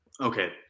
Okay